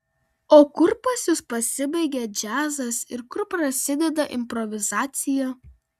o kur pas jus pasibaigia džiazas ir kur prasideda improvizacija